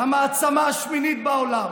המעצמה השמינית בעולם,